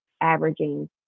averaging